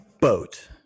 boat